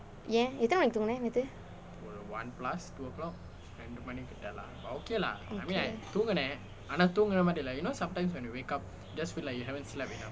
ஏன் எத்தனை மணிக்கு தூங்கின நேற்று:aen etthanai manikku thoongina naetru